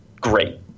Great